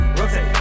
rotate